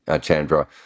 Chandra